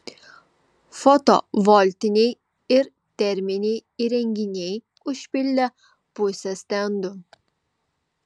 fotovoltiniai ir terminiai įrenginiai užpildė pusę stendų